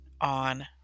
on